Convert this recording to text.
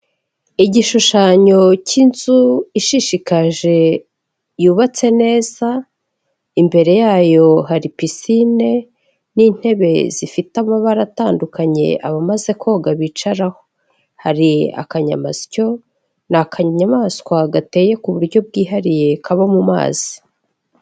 Igishushanyo cy'inzu ishishikaje yubatse neza imbere yayo hari pisine n'intebe zifite amabara atandukanye, abamaze koga bicaraho hari akanyamasyo ni akanyamaswa gateye ku buryo bwihariye kaba mu mazi.